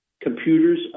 computers